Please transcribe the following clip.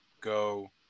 go